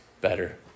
better